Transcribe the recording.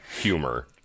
humor